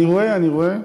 אני רואה, אני רואה.